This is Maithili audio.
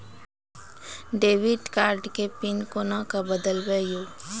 डेबिट कार्ड के पिन कोना के बदलबै यो?